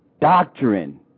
doctrine